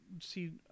See